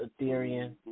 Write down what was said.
Ethereum